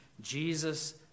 Jesus